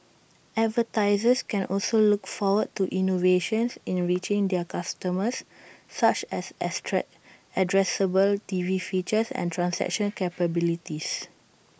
advertisers can also look forward to innovations in reaching their customers such as addressable T V features and transaction capabilities